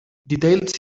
detailed